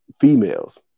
females